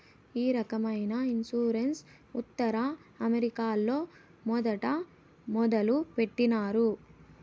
ఈ రకమైన ఇన్సూరెన్స్ ఉత్తర అమెరికాలో మొదట మొదలుపెట్టినారు